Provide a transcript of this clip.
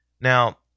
Now